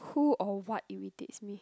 who or what irritates me